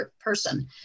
person